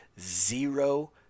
zero